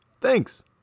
Thanks